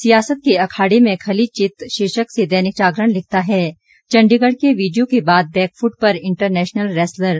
सियासत के अखाड़े में खली चित शीर्षक से दैनिक जागरण लिखता है चंडीगढ़ के वीडियो के बाद बैकफुट पर इंटरनेशनल रेसलर